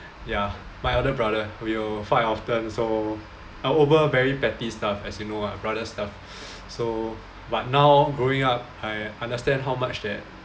ya my elder brother we'll fight often so over very petty stuff as you know lah brother stuff so but now growing up I understand how much that